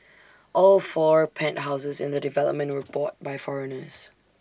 all four penthouses in the development were bought by foreigners